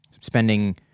spending